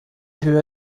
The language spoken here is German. höhe